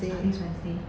ah next wednesday